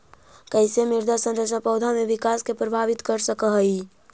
कईसे मृदा संरचना पौधा में विकास के प्रभावित कर सक हई?